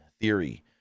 Theory